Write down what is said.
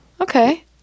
Okay